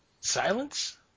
Silence